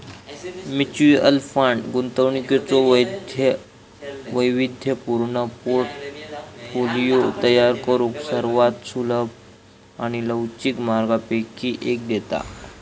mutual fund गुंतवणुकीचो वैविध्यपूर्ण portfolio तयार करुक सर्वात सुलभ आणि लवचिक मार्गांपैकी एक देता